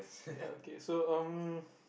ya okay so um